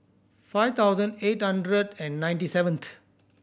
five thousand eight hundred and ninety seventh